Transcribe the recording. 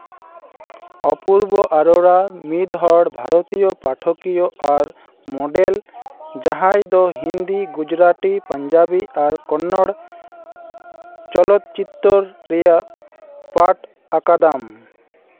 ᱚᱯᱩᱨᱵᱚ ᱟᱨᱳᱲᱟ ᱢᱤᱫᱦᱚᱲ ᱵᱷᱟᱨᱚᱛᱤᱭᱚ ᱯᱟᱴᱷᱚᱠᱤᱭᱟᱹ ᱟᱨ ᱢᱚᱰᱮᱞ ᱡᱟᱦᱟᱸᱭ ᱫᱚ ᱦᱤᱱᱫᱤ ᱜᱩᱡᱽᱨᱟᱴᱤ ᱯᱟᱧᱡᱟᱵᱤ ᱟᱨ ᱠᱚᱱᱱᱚᱲ ᱪᱚᱞᱚᱛᱪᱤᱛᱚᱨ ᱨᱮᱭᱟᱜ ᱯᱟᱴ ᱟᱠᱟᱫᱟᱢ